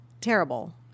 terrible